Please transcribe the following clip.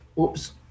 Oops